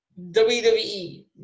WWE